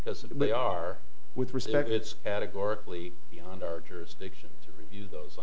because if they are with respect it's categorically beyond our jurisdiction to review those